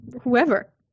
whoever